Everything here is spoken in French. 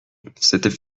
c’était